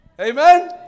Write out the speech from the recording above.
amen